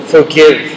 Forgive